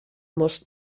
moast